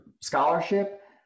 scholarship